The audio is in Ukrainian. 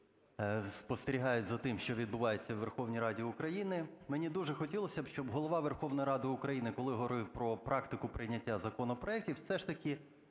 спостерігають за тим, що відбувається в Верховній Раді України. Мені дуже хотілося б, щоб Голова Верховної Ради України, коли говорив про практику прийняття законопроектів, все ж таки